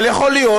אבל יכול להיות